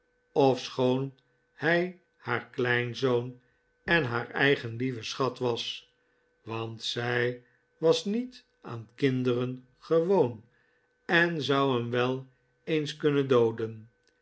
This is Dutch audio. ofschoon hij haar kleinzoon en haar eigen lieve schat was want zij was niet aan kinderen gewoon en zou hem wel eens kunnen dooden